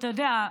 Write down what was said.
אתה יודע,